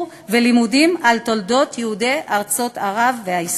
ולימודים על תולדות יהודי ארצות ערב והאסלאם.